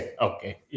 Okay